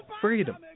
Freedom